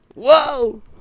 Whoa